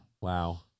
Wow